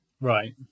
Right